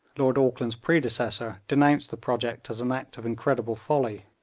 lord auckland's predecessor, denounced the project as an act of incredible folly.